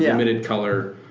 yeah muted color.